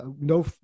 No